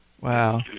Wow